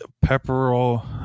Pepperell